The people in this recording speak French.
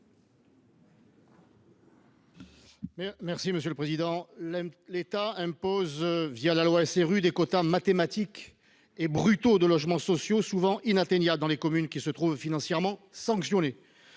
explication de vote. L’État impose, la loi SRU, des quotas mathématiques brutaux de logements sociaux, quotas souvent inatteignables dans les communes qui se trouvent financièrement sanctionnées.